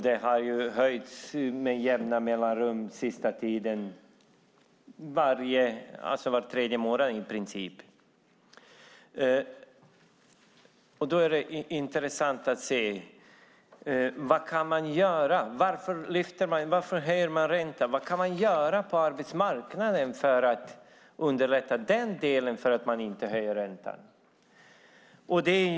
Den har höjts med jämna mellanrum den senaste tiden i princip var tredje månad. Varför höjer man räntan? Vad kan man göra på marknaden för att underlätta den delen så att man inte höjer räntan?